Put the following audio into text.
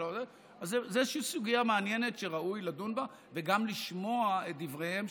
זו איזושהי סוגיה מעניינת שראוי לדון בה וגם לשמוע את דבריהם.